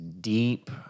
deep